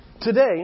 Today